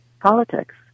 politics